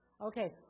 Okay